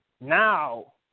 Now